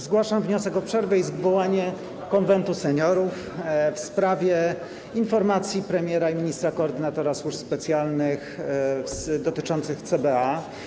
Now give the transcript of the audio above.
Zgłaszam wniosek o przerwę i zwołanie Konwentu Seniorów w sprawie informacji premiera i ministra koordynatora służb specjalnych dotyczącej CBA.